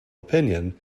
opinion